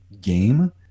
game